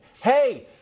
Hey